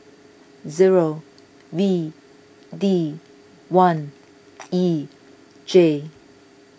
zero V D one E J